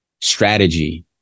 strategy